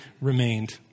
remained